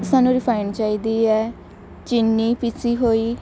ਸਾਨੂੰ ਰਿਫਾਇੰਡ ਚਾਹੀਦੀ ਹੈ ਚੀਨੀ ਪੀਸੀ ਹੋਈ